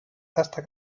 hasta